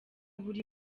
buri